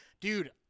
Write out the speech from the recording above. dude